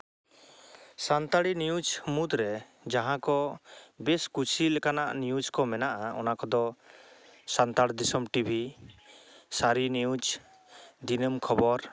Santali news ᱢᱩᱫᱨᱮ ᱡᱟᱦᱟᱸᱠᱚ ᱵᱮᱥ ᱠᱩᱥᱤ ᱞᱮᱠᱟᱱᱟᱜ ᱱᱤᱭᱩᱡ ᱠᱚ ᱢᱮᱱᱟᱜᱼᱟ ᱚᱱᱟ ᱠᱚᱫᱚ ᱥᱟᱱᱛᱟᱲ ᱫᱤᱥᱚᱢ ᱴᱤᱵᱷᱤ ᱥᱟᱨᱤ ᱱᱤᱭᱩᱡ ᱫᱤᱱᱟᱹᱢ ᱠᱷᱚᱵᱚᱨ